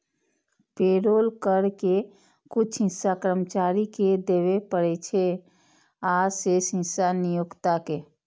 payroll कर के कुछ हिस्सा कर्मचारी कें देबय पड़ै छै, आ शेष हिस्सा नियोक्ता कें